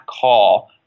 call